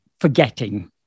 forgetting